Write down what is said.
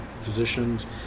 Physicians